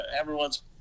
everyone's